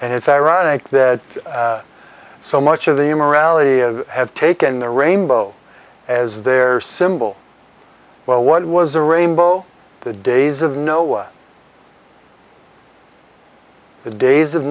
and it's ironic that so much of the a morality of have taken the rainbow as their symbol well what was a rainbow the days of noah the days of